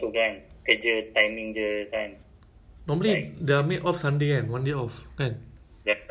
like at least like the maid boleh masakkan actually the best kan the maid masak